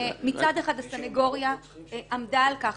מצד אחד הסניגוריה עמדה על כך